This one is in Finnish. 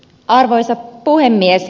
arvoisa puhemies